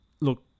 look